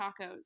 tacos